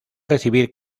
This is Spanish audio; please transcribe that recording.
recibir